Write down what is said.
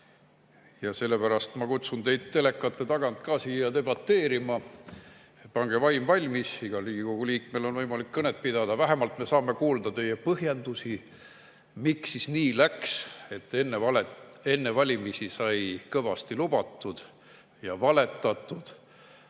Ja sellepärast ma kutsun teid telekate tagant siia debateerima. Pange vaim valmis, igal Riigikogu liikmel on võimalik kõnet pidada. Vähemalt me saame kuulda teie põhjendusi, miks nii läks, et enne valimisi sai kõvasti lubatud ja valetatud,